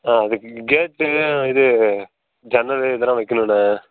ஆ அதுக்கு கேட்டு இது ஜன்னல் இதெலாம் வைக்கிணுண்ண